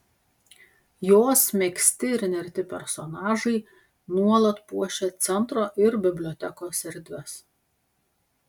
jos megzti ir nerti personažai nuolat puošia centro ir bibliotekos erdves